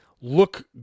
look